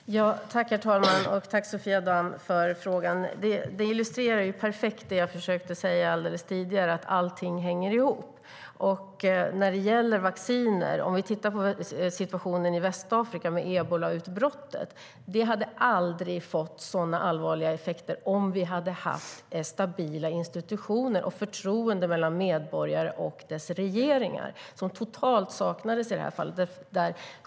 STYLEREF Kantrubrik \* MERGEFORMAT Internationellt biståndEbolautbrottet i Västafrika hade aldrig fått sådana allvarliga effekter om det hade funnits stabila institutioner och förtroende mellan medborgarna och deras regeringar, vilket totalt saknades i det här fallet.